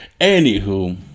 Anywho